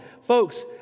Folks